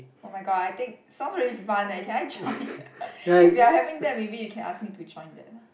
oh-my-god I think sounds really fun eh can I join if you are having that maybe you can ask me to join that lah